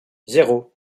zéro